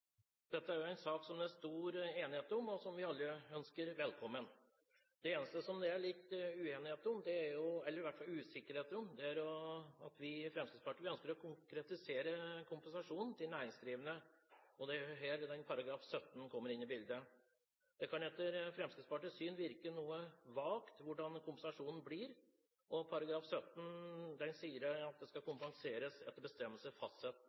Dette er en sak som det er stor enighet om, og som vi alle ønsker velkommen. Det eneste det er litt uenighet om – eller i hvert fall usikkerhet om – er det at vi i Fremskrittspartiet ønsker å konkretisere kompensasjonen til næringsdrivende. Det er her § 17 kommer inn i bildet. Det kan etter Fremskrittspartiets syn virke noe vagt hvordan kompensasjonen blir. Paragraf 17 sier at det skal kompenseres etter